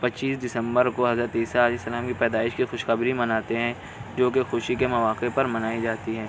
پچیس دسمبر کو حضرت عیسیٰ علیہ السلام کی پیدائش کی خوشخبری مناتے ہیں جو کہ خوشی کے مواقع پر منائی جاتی ہیں